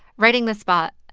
writing this spot,